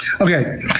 Okay